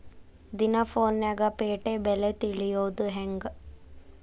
ದಿನಾ ಫೋನ್ಯಾಗ್ ಪೇಟೆ ಬೆಲೆ ತಿಳಿಯೋದ್ ಹೆಂಗ್?